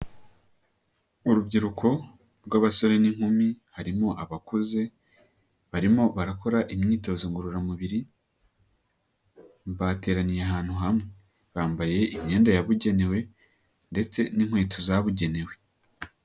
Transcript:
Urubyiruko rw'abasore n'inkumi, harimo abakuze, barimo barakora imyitozo ngororamubiri, bateraniye ahantu hamwe. Bambaye imyenda yabugenewe ndetse n'inkweto zabugenewe.